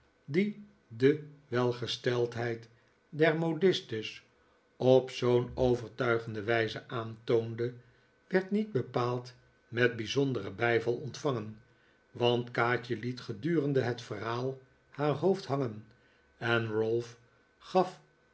die de welgesteldheid der modistes op zoo'n overtuigende wijze aantoonde werd niet bepaald met bijzonderen bijval ontvangen want kaatje liet gedurende het verhaal haar hoofd hangen en ralph gaf